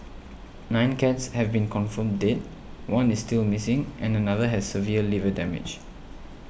nine cats have been confirmed dead one is still missing and another has severe liver damage